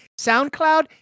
SoundCloud